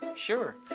sure.